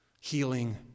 healing